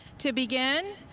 to begin,